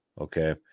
Okay